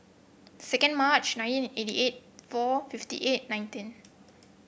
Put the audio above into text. second March nineteen eighty eight four fifty eight nineteen